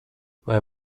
vai